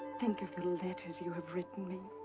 think of the letters you have written me.